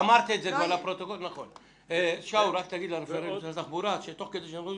שם הרפרנט של משרד התחבורה,